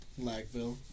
Lagville